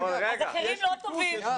אז אחרים לא טובים.